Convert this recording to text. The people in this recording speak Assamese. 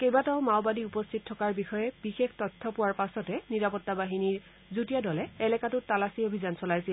কেইবাজনো মাওবাদী উপস্থিত থকাৰ বিষয়ে বিশেষ তথ্য পোৱাৰ পাছতে নিৰাপত্তাবাহিনীৰ যুটীয়া দলে এলেকাটোত তালাচী অভিযান চলাইছিল